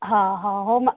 ହଁ ହଁ ହଉ ମ୍ୟାଡ଼ାମ୍